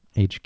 HQ